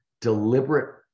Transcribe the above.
deliberate